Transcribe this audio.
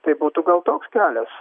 tai būtų gal toks kelias